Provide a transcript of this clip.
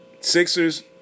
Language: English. sixers